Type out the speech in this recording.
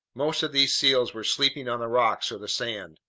most of these seals were sleeping on the rocks or the sand.